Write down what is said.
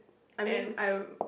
I mean I will